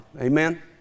Amen